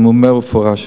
אני אומר במפורש.